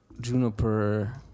Juniper